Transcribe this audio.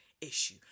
issue